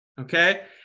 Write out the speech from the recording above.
okay